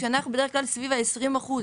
כשאנחנו בדרך כלל סביב ה-20 אחוזים.